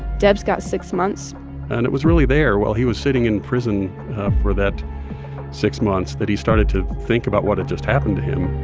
debs got six months and it was really there, while he was sitting in prison for that six months, that he started to think about what had just happened to him